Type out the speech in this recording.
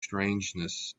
strangeness